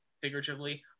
figuratively